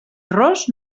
ros